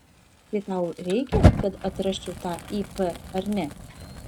tai tau reikia kad atrasčiau tą ip ar ne